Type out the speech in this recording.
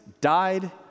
died